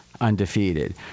undefeated